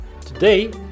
Today